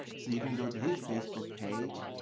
so you can go to his facebook page.